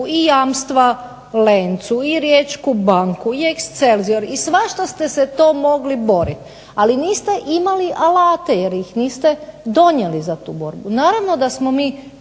i jamstva Lencu i Riječku banku i Excelzior i svašta ste se to mogli boriti. Ali niste imali alate, jer ih niste donijeli za tu borbu. Naravno da smo mi